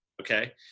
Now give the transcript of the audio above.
Okay